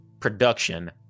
production